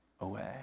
away